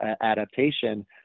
adaptation